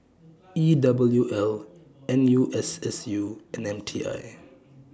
E W L N U S S U and M T I